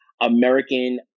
American